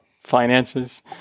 finances